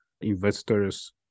investors